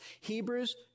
Hebrews